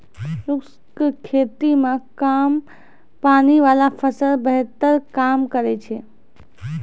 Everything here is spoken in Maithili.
शुष्क खेती मे कम पानी वाला फसल बेहतर काम करै छै